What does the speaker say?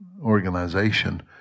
organization